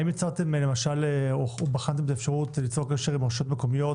האם בחנתם את האפשרות ליצור קשר עם רשויות מקומיות